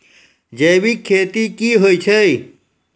जैविक खेती की होय छै?